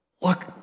Look